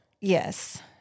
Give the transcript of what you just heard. Yes